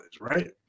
right